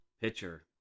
pitcher